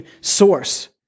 source